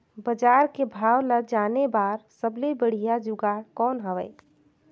बजार के भाव ला जाने बार सबले बढ़िया जुगाड़ कौन हवय?